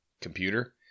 computer